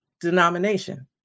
denomination